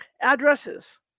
addresses